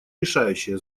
решающее